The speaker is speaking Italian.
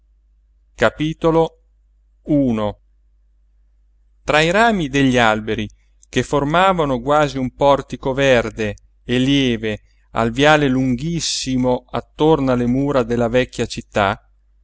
a delirare tra i rami degli alberi che formavano quasi un portico verde e lieve al viale lunghissimo attorno alle mura della vecchia città